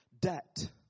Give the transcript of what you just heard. debt